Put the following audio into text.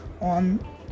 on